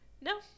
no